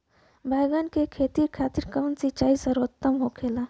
बैगन के खेती खातिर कवन सिचाई सर्वोतम होखेला?